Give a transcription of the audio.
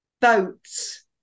boats